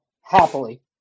happily